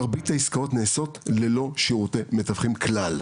שמרבית העסקאות מתבצעות ללא שירותי מתווכים כלל.